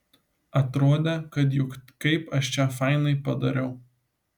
atrodė kad juk kaip aš čia fainai padariau